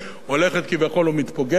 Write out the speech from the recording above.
הולכת כביכול ומתפוגגת,